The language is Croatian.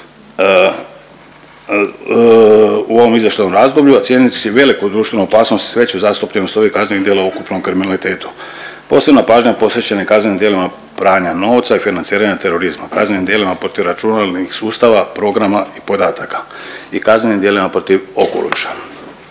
U ovom izvještajnom razdoblju ocijenili su veliku društvenu opasnost i veću zastupljenost ovih kaznenih dijela u ukupnom kriminalitetu. Posebna pažnja posvećena je kaznenim djelima pranja novca i financiranja terorizma, kaznenim dijelima protiv računalnih sustava, programa i podataka i kaznenim dijelima protiv okoliša.